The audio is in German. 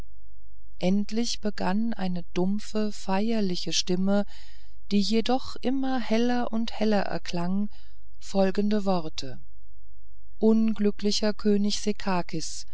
endlich begann eine dumpfe feierliche stimme die jedoch immer heller und heller erklang folgende worte unglücklicher